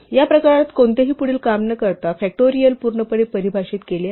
या प्रकरणात कोणतेही पुढील काम न करता फॅक्टोरियल पूर्णपणे परिभाषित केले आहे